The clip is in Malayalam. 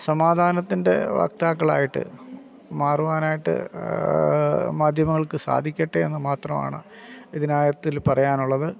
സമാധാനത്തിൻ്റെ വക്താക്കളായിട്ട് മാറുവാനായിട്ട് മാധ്യമങ്ങൾക്ക് സാധിക്കട്ടെ എന്ന് മാത്രം ആണ് ഇതിനകത്ത് പറയാനുള്ളത്